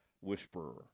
whisperer